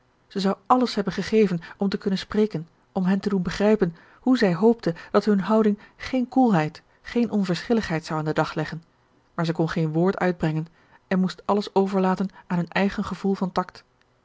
ze zou alles hebben gegeven om te kunnen spreken om hen te doen begrijpen hoe zij hoopte dat hun houding geen koelheid geen onverschilligheid zou aan den dag leggen maar zij kon geen woord uitbrengen en moest alles overlaten aan hun eigen gevoel van